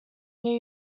new